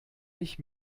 mich